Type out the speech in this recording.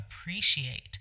appreciate